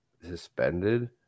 suspended